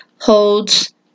holds